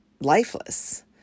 lifeless